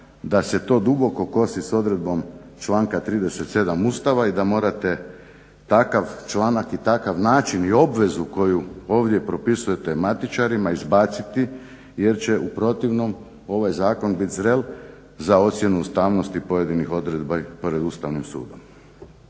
da se to duboko kosi s odredbom članka 37. Ustava i da morate takav članak i takav način i obvezu koju ovdje propisujete matičarima izbaciti jer će u protivnom ovaj zakon biti zrel za ocjenu ustavnosti pojedinih odredbi pri Ustavnim sudom.